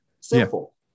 Simple